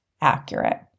accurate